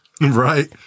Right